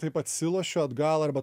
taip atsilošiu atgal arba